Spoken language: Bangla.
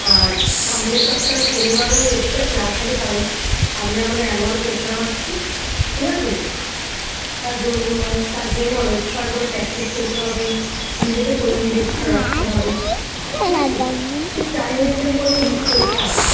আর সামনের সপ্তাহয় শনিবারেও এক্সট্রা ক্লাস হবে কারণ সামনে আমাদের অ্যানুয়াল প্রোগ্রাম আছে ঠিক আছে তার জন্য তার জন্য অনেক বার করে প্র্যাকটিস করতে হবে নিজেকে তৈরি রেখ রাখতে হবে ঠিক আছে ঠিক টাইম মেনটেন করে কিন্তু পড়তে আসতে